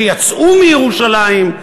שיצאו מירושלים,